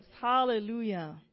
Hallelujah